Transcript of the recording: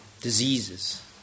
diseases